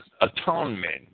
atonement